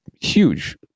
huge